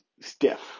stiff